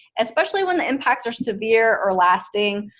especially when the impacts are severe or lasting,